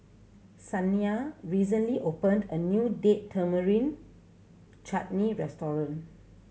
Shaniya recently opened a new Date Tamarind Chutney restaurant